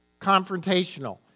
confrontational